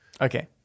Okay